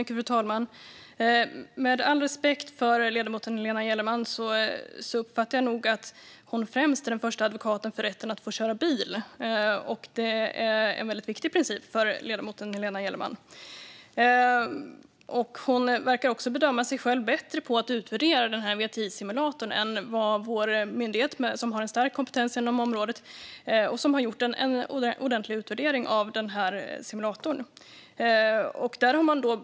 Fru talman! Med all respekt för ledamoten Helena Gellerman uppfattar jag nog att hon främst är den första advokaten för rätten att få köra bil. Det är en mycket viktig princip för ledamoten Helena Gellerman. Hon verkar också bedöma att hon själv är bättre på att utvärdera VTI-simulatorn än vad vår myndighet är som har stor kompetens inom området och som har gjort en ordentlig utvärdering av den.